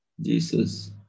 Jesus